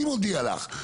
אני מודיע לך,